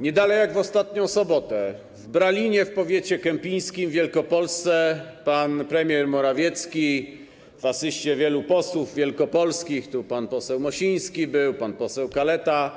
Nie dalej jak w ostatnią sobotę w Bralinie w powiecie kępińskim w Wielkopolsce pan premier Morawiecki w asyście wielu posłów wielkopolskich - pan poseł Mosiński był, pan poseł Kaleta